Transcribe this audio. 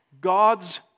God's